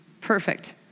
Perfect